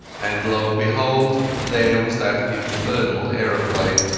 and lo and behold there was that infernal aeroplane,